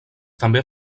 també